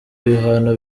ibihano